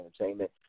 Entertainment